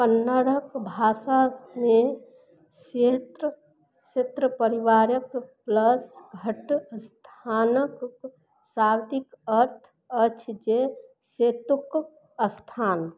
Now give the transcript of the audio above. कन्नड़क भाषामे सेत्र सेत्र परिवारक प्लस घट्ट स्थानक शाब्दिक अर्थ अछि जे सेतुक स्थान